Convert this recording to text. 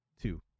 two